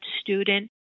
student